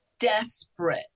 desperate